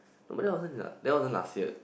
but that wasn't this year ah that wasn't last year